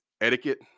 etiquette